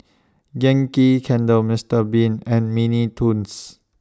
Yankee Candle Mister Bean and Mini Toons